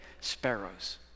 sparrows